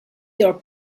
your